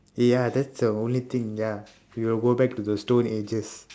ya that's the only thing ya we will go back to the stone ages